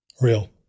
Real